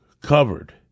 covered